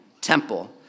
temple